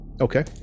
Okay